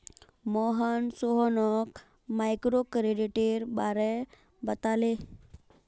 मोहन सोहानोक माइक्रोक्रेडिटेर बारे बताले